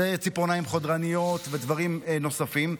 זה ציפורניים חודרניות ודברים נוספים,